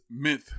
myth